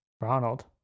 Ronald